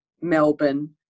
melbourne